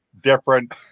different